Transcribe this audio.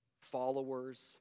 followers